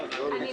לא (ג), הבנתי.